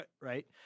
right